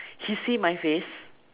he say my face